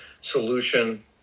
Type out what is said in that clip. Solution